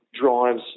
drives